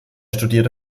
studierte